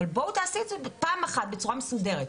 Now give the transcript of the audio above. אבל בואו תעשו את זה פעם אחת בצורה מסודרת.